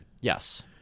Yes